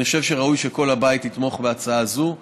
ואני חושב שראוי שכל הבית יתמוך בהצעה זו.